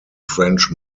french